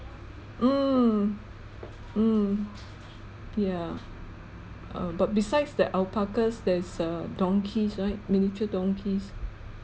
mm mm yeah um but besides the alpacas there's um donkeys right miniature donkeys